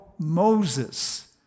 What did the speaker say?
Moses